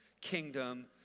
kingdom